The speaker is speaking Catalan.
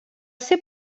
ser